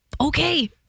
okay